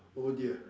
oh dear